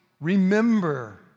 remember